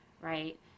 right